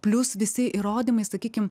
plius visi įrodymai sakykim